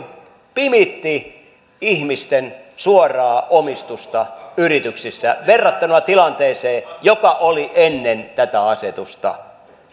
pimitti ihmisten suoraa omistusta yrityksissä verrattuna tilanteeseen joka oli ennen tätä asetusta